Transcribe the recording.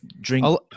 Drink